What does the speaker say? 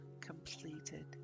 completed